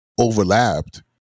overlapped